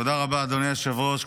תודה רבה, אדוני היושב-ראש.